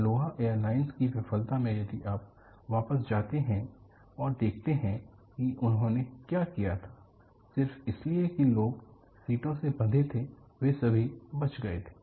Aloha airline की विफलता में यदि आप वापस जाते हैं और देखते हैं कि उन्होंने क्या किया था सिर्फ इसलिए कि लोग सीटों से बंधे थे वे सभी बच गए थे